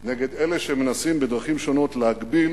באלה שמנסים בדרכים שונות להגביל